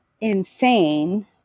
insane